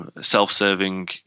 Self-serving